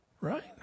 Right